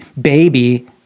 baby